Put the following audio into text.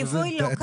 ליווי לא כלול.